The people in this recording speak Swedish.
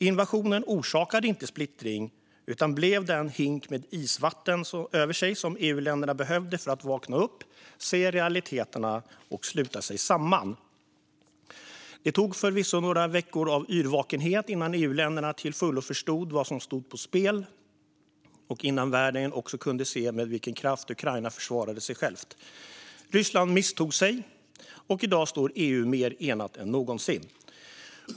Invasionen orsakade inte splittring utan blev den hink med isvatten över sig som EU-länderna behövde för att vakna upp, se realiteterna och sluta sig samman. Det tog förvisso några veckor av yrvakenhet innan EU-länderna till fullo förstod vad som stod på spel och innan världen också kunde se med vilken kraft Ukraina försvarade sig självt. Ryssland misstog sig, och i dag står EU mer enat än någonsin.